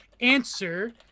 answer